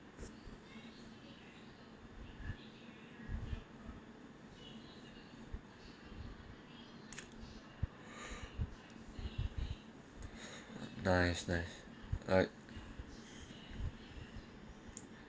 nice nice like